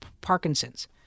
Parkinson's